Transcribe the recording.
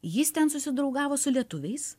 jis ten susidraugavo su lietuviais